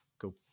go